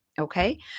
Okay